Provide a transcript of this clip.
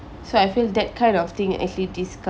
so I feel that kind of thing actually disgusts